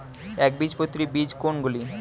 একবীজপত্রী বীজ কোন গুলি?